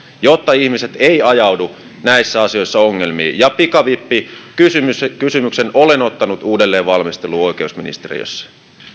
jotta ihmiset eivät ajaudu näissä asioissa ongelmiin pikavippikysymyksen olen ottanut uudelleen valmisteluun oikeusministeriössä